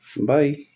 Bye